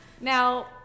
Now